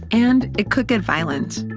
and it could get violent.